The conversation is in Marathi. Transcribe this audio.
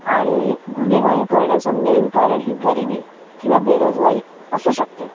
आणि गुन्हेगारी करण्याचं मेन कारण ही गरिबी किंवा बेरोजगारी असू शकते